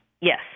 Yes